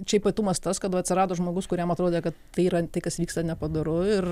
čia ypatumas tas kad va atsirado žmogus kuriam atrodė kad tai yra tai kas vyksta nepadoru ir